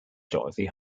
dorothy